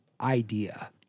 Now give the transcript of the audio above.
idea